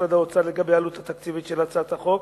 משרד האוצר לגבי העלות התקציבית של הצעת החוק,